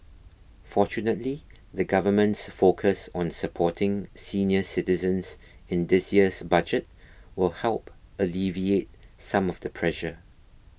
fortunately the government's focus on supporting senior citizens in this year's budget will help alleviate some of the pressure